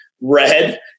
red